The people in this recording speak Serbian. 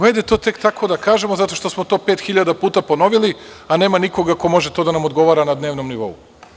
Hajde to tek tako da kažemo zato što smo to pet hiljada puta ponovili, a nema nikoga ko može na to da nam odgovara na dnevnom nivou.